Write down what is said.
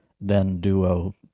then-duo